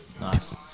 nice